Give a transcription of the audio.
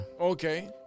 Okay